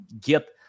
get